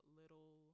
little